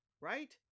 Right